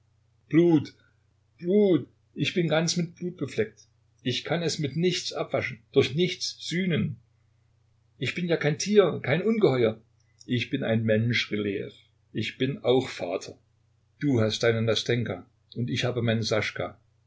blut blut ich bin ganz mit blut befleckt ich kann es mit nichts abwaschen durch nichts sühnen ich bin ja kein tier kein ungeheuer ich bin ein mensch rylejew ich bin auch vater du hast deine nastenjka und ich habe meinen